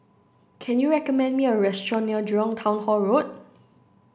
can you recommend me a restaurant near Jurong Town Hall Road